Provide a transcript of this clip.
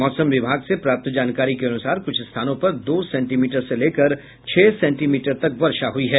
मौसम विभाग से प्राप्त जानकारी के अनुसार कुछ स्थानों पर दो सेंटीमीटर से लेकर छह सेंटीमीटर तक वर्षा हुई है